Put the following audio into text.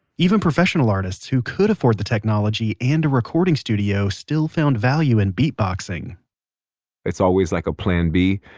even professional artists who could afford the technology and a recording studio still found value in beatboxing it's always like a plan b.